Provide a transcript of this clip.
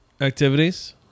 Activities